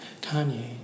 Kanye